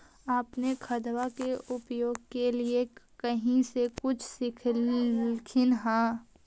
अपने खादबा के उपयोग के लीये कही से कुछ सिखलखिन हाँ?